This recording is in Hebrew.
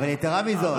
אבל יתרה מזו,